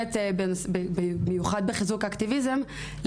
במיוחד בחיזוק אקטיביזם,